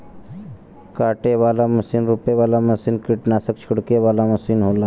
काटे वाला मसीन रोपे वाला मसीन कीट्नासक छिड़के वाला मसीन होला